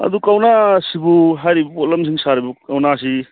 ꯑꯗꯨ ꯀꯧꯅꯥꯁꯤꯕꯨ ꯍꯥꯏꯔꯤꯕ ꯄꯣꯠꯂꯝꯁꯤꯡ ꯁꯥꯔꯤꯕ ꯀꯧꯅꯥꯁꯤ